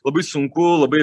labai sunku labai